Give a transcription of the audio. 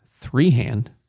three-hand